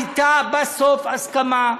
הייתה בסוף הסכמה,